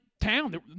town